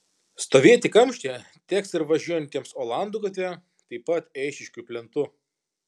stovėti kamštyje teks ir važiuojantiems olandų gatve taip pat eišiškių plentu